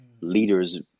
leaders